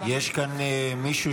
עידן רול,